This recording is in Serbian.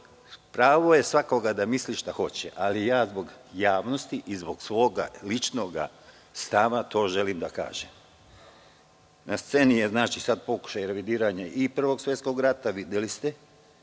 je da misli šta hoće, ali ja zbog javnosti i zbog svog ličnog stava to želim da kažem. Na sceni je sad i pokušaj revidiranja i Prvog svetskog rata, videli ste,